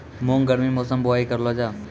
मूंग गर्मी मौसम बुवाई करलो जा?